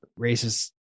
racist